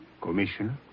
Commissioner